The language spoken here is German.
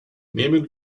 nehmen